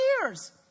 years